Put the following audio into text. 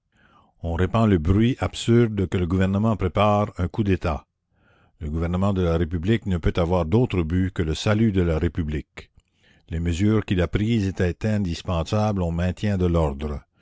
on répand le bruit absurde que le gouvernement prépare un coup d'etat le gouvernement de la république ne peut avoir d'autre but que le salut de la république les mesures qu'il a prises étaient indispensables au maintien de l'ordre